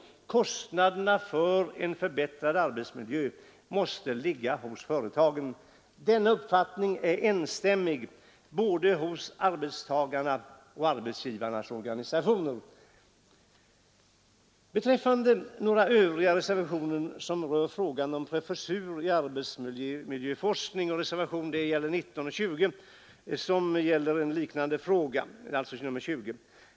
Kostnaderna för en förbättrad arbetsmiljö måste ligga hos företagen. Denna uppfattning är enstämmig hos både arbetstagarna och arbetsgivarnas organisationer. Reservationerna 19 och 20 gäller inrättande av en professur i arbetsmiljöforskning.